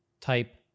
type